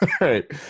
right